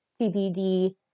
CBD